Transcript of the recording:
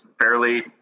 fairly